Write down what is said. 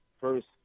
first